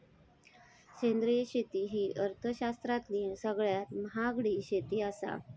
सेंद्रिय शेती ही अर्थशास्त्रातली सगळ्यात महागडी शेती आसा